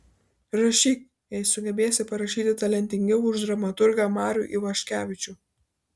rašyk jei sugebėsi parašyti talentingiau už dramaturgą marių ivaškevičių